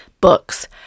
Books